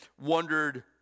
wondered